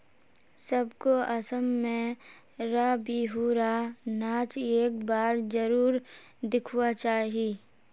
सबको असम में र बिहु र नाच एक बार जरुर दिखवा चाहि